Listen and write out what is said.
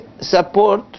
support